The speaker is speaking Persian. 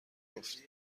گفتی